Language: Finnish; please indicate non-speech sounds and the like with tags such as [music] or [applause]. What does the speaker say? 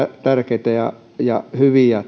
tärkeitä ja ja hyviä [unintelligible]